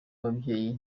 ababyeyi